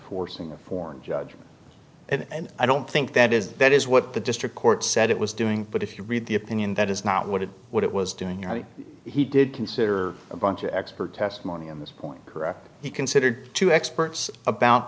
enforcing a foreign judgment and i don't think that is that is what the district court said it was doing but if you read the opinion that is not what it what it was doing your thing he did consider a bunch of expert testimony on this point correct he considered two experts about